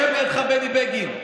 יושב לידך בני בגין,